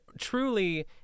truly